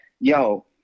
yo